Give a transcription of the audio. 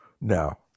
No